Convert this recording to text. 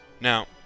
Now